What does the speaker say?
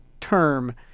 term